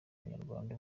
abanyarwanda